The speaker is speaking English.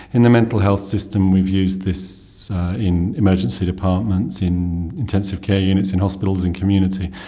in the mental health system we've used this in emergency departments, in intensive care units in hospitals, in community.